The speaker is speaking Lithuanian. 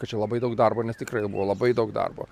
kad čia labai daug darbo nes tikrai jo buvo labai daug darbo